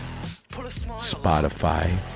Spotify